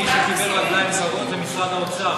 מי שקיבל רגליים קרות זה משרד האוצר.